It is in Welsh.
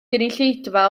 gynulleidfa